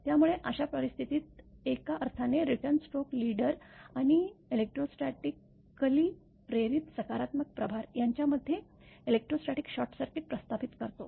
त्यामुळे अशा परिस्थितीत एका अर्थाने रिटर्न स्ट्रोक लीडर आणि इलेक्ट्रोस्टॅटिकली प्रेरित सकारात्मक प्रभार यांच्यामध्ये इलेक्ट्रिक शॉर्टसर्किट प्रस्थापित करतो